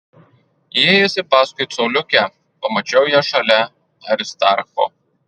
įėjusi paskui coliukę pamačiau ją šalia aristarcho